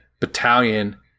Battalion